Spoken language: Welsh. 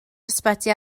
ysbyty